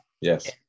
yes